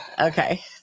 Okay